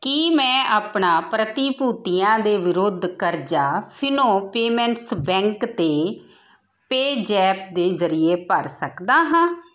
ਕੀ ਮੈਂ ਆਪਣਾ ਪ੍ਰਤੀਭੂਤੀਆਂ ਦੇ ਵਿਰੁੱਧ ਕਰਜ਼ਾ ਫਿਨੋ ਪੇਮੈਂਟਸ ਬੈਂਕ 'ਤੇ ਪੇਜ਼ੈਪ ਦੇ ਜ਼ਰੀਏ ਭਰ ਸਕਦਾ ਹਾਂ